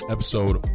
Episode